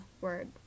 word